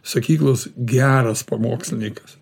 sakyklos geras pamokslinikas